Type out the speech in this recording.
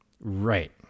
Right